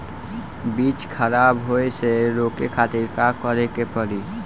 बीज खराब होए से रोके खातिर का करे के पड़ी?